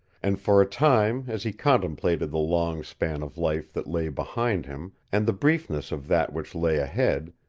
and for a time as he contemplated the long span of life that lay behind him, and the briefness of that which lay ahead,